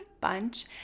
bunch